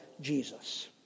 Jesus